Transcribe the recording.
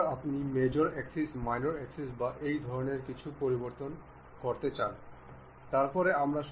সুতরাং এই সবুজ স্লটটি চলছে তবে এই পিনটি স্থির করা হয়েছে